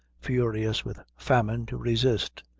furious with famine, to resist.